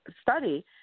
study